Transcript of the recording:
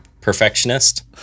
perfectionist